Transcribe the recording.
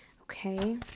okay